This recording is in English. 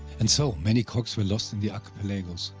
and so many cogs were lost in the archipelagos,